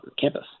campus